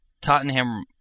Tottenham